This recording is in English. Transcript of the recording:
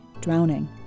drowning